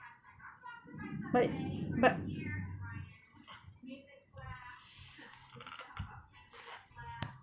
but but